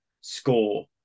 score